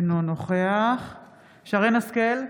אינו נוכח שרן מרים השכל,